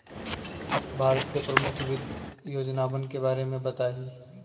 भारत के प्रमुख वित्त योजनावन के बारे में बताहीं